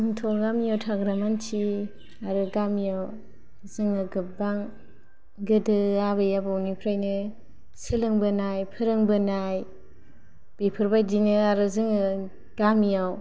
आंङोथ' गामिआव थाग्रा मानसि आरो गामिआव जोंना गोबां गोदो आबै आबौनिफ्रायनो सोलोंबोनाय फोरोंबोनाय बेफोरबादिनो आरो जोंङो गामिआव